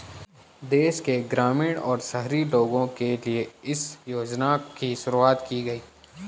देश के ग्रामीण और शहरी लोगो के लिए इस योजना की शुरूवात की गयी